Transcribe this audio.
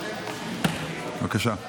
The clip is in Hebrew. בבקשה.